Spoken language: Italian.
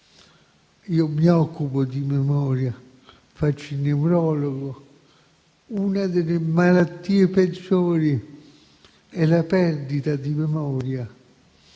cui mi occupo, perché faccio il neurologo; una delle malattie peggiori è la perdita di memoria,